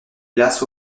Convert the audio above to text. glaces